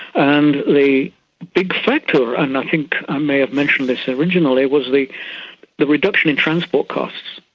and the big factor, and i think i may have mentioned this originally, was the the reduction in transport costs,